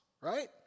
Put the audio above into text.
right